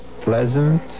pleasant